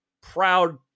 proud